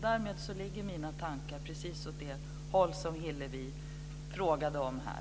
Därmed ligger mina tankar precis åt det håll som Hillevi frågade om här.